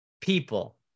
people